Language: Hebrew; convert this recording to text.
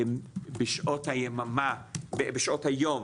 בשעות היום